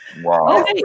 Wow